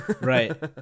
right